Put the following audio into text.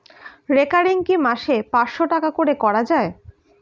Recurring কি মাসে পাঁচশ টাকা করে করা যায়?